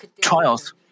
trials